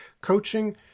coaching